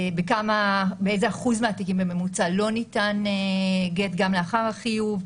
באיזה אחוז מהתיקים בממוצע לא ניתן גט גם לאחר החיוב,